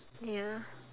ya